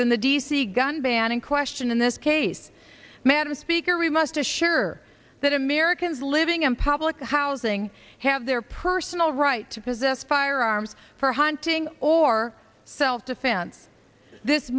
than the d c gun ban in question in this case madam speaker we must assure that americans living in public housing have their personal right to possess firearms for hunting or self defense this